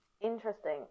interesting